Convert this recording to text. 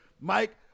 Mike